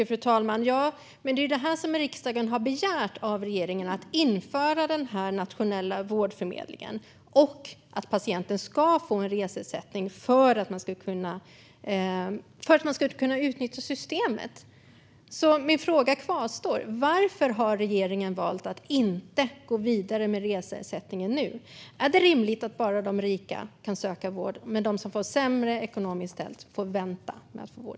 Fru talman! Det är ju det här som riksdagen har begärt: att regeringen ska införa den nationella vårdförmedlingen och att patienten ska få reseersättning för att kunna utnyttja systemet. Min fråga kvarstår: Varför har regeringen valt att inte gå vidare med reseersättningen nu? Är det rimligt att bara de rika kan söka vård och att de som har det sämre ekonomiskt ställt får vänta med att få vård?